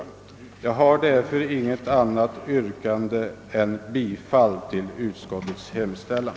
Jag har därför inget annat yrkande än om bifall till utskottets hemställan.